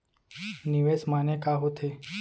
निवेश माने का होथे?